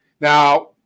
Now